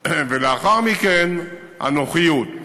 ולאחר מכן הנוחיות.